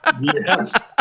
Yes